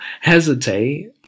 hesitate